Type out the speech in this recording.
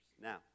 Now